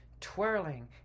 twirling